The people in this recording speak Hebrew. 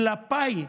כלפיי,